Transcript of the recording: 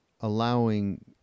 allowing